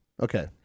Okay